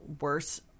worse